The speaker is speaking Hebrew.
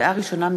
לקריאה ראשונה,